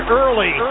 early